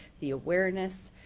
the awareness,